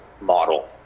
model